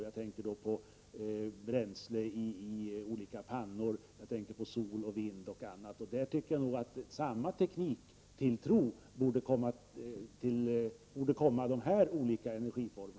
Jag tänker på bränslen i olika pannor, sol, vind. Där tycker jag att samma tekniktilltro borde han kunna visa till dessa olika energiformer.